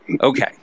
okay